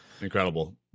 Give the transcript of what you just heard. incredible